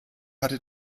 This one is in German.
hatte